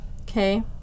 Okay